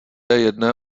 jedné